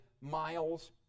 miles